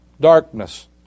darkness